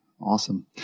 Awesome